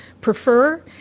prefer